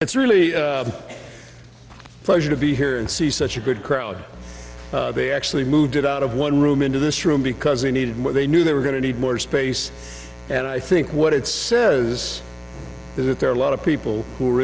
it's really a pleasure to be here and see such a good crowd they actually moved it out of one room into this room because they needed more they knew they were going to need more space and i think what it says is that there are a lot of people who are